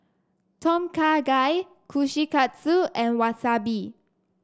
Tom Kha Gai Kushikatsu and Wasabi